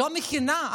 לא מכינה,